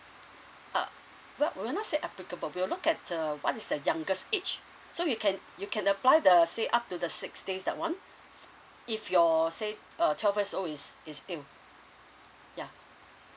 uh well we will not say applicable we will look at uh what is the youngest age so you can you can apply the say up to the six days that [one] if your say uh twelve years old is is still ya